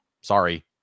Sorry